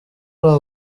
abo